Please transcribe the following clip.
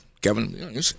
Kevin